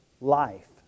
life